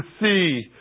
see